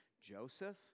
Joseph